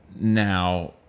now